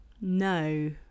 No